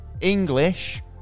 English